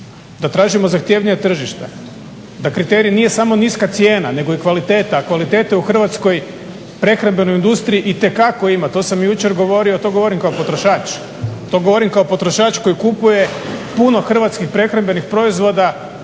da tražimo zahtjevnija tržišta, da kriterij nije samo niska cijena, nego i kvaliteta, a kvaliteta je u hrvatskoj prehrambenoj industriji itekako ima. To sam jučer govorio. To govorim kao potrošač. To govorim kao potrošač koji kupuje puno hrvatskih prehrambenih proizvoda